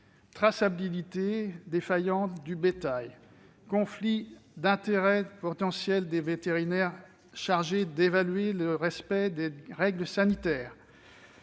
traçabilité défaillante du bétail, conflits d'intérêts potentiels des vétérinaires chargés d'évaluer le respect des règles sanitaires